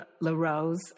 LaRose